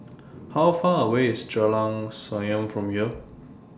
How Far away IS Jalan Senyum from here